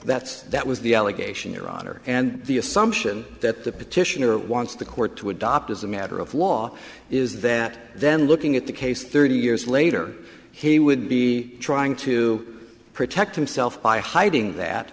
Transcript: that's that was the allegation your honor and the assumption that the petitioner wants the court to adopt as a matter of law is that then looking at the case thirty years later he would be trying to protect himself by hiding that